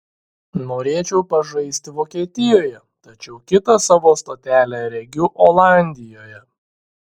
norėčiau pažaisti vokietijoje tačiau kitą savo stotelę regiu olandijoje